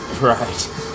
Right